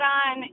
on